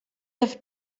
have